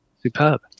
superb